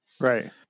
right